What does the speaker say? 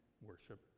worship